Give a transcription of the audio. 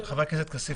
חבר הכנסת כסיף,